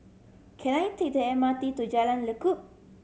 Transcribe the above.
can I take the M R T to Jalan Lekub